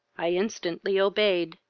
i instantly obeyed.